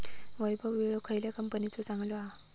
वैभव विळो खयल्या कंपनीचो चांगलो हा?